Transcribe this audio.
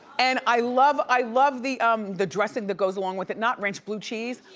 and i love i love the um the dressing that goes along with it, not ranch, bleu cheese.